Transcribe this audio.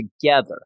together